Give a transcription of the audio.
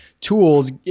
tools